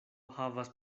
havas